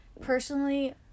personally